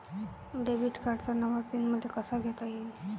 Debit कार्डचा नवा PIN मले कसा घेता येईन?